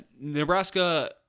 Nebraska